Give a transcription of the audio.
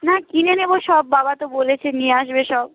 না কিনে নেব সব বাবা তো বলেছে নিয়ে আসবে সব